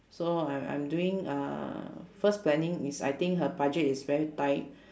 so I I'm doing uh first planning is I think her budget is very tight